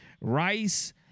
Rice